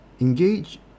engage